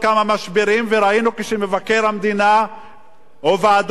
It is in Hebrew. כשמבקר המדינה או ועדות מטילות אחריות על מישהו,